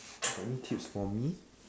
got any tips for me